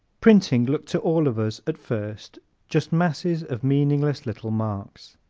printing looked to all of us at first just masses of meaningless little marks.